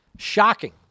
Shocking